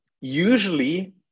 usually